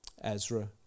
Ezra